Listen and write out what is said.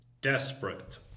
Desperate